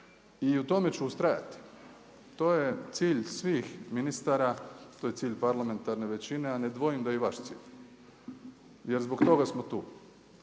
i u tome ću ustrajati. To je cilj svih ministara, to je cilj parlamentarne većine a ne dvojim da je i vaš cilj, jer zbog toga smo tu.